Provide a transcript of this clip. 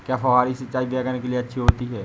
क्या फुहारी सिंचाई बैगन के लिए अच्छी होती है?